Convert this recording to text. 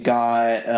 got